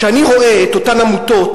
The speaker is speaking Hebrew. כשאני רואה את אותן עמותות,